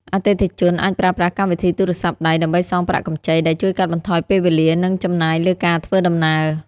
អតិថិជនអាចប្រើប្រាស់កម្មវិធីទូរស័ព្ទដៃដើម្បីសងប្រាក់កម្ចី ដែលជួយកាត់បន្ថយពេលវេលា និងចំណាយលើការធ្វើដំណើរ។